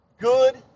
Good